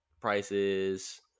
prices